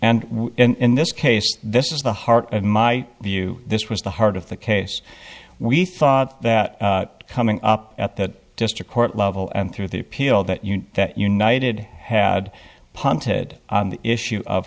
and in this case this is the heart of my view this was the heart of the case we thought that coming up at that district court level and through the appeal that you know that united had punted on the issue of